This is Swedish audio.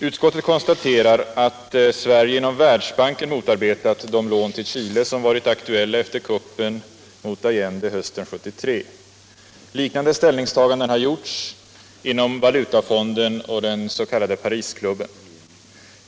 Utskottet konstaterar att Sverige inom Världsbanken motarbetat de lån till Chile som varit aktuella efter kuppen mot Allende hösten 1973. Liknande ställningstaganden har gjorts inom Valutafonden och den s.k. Parisklubben.